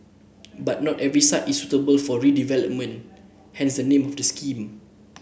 but not every site is suitable for redevelopment hence the name of the scheme